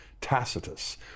Tacitus